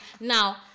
Now